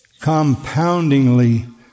compoundingly